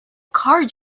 card